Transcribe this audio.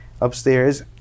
upstairs